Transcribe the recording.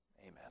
Amen